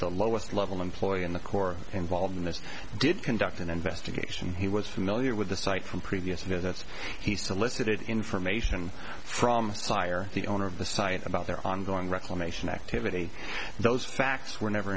the lowest level employee in the corps involved in this did conduct an investigation he was familiar with the site from previous visits he solicited information from fire the owner of the site about their ongoing reclamation activity those facts were never